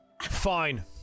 Fine